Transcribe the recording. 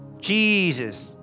Jesus